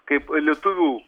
kaip lietuvių